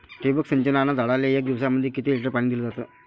ठिबक सिंचनानं झाडाले एक दिवसामंदी किती लिटर पाणी दिलं जातं?